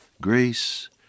grace